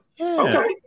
okay